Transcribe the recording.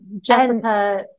Jessica